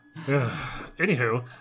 Anywho